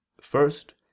first